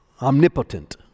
omnipotent